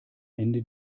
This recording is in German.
ende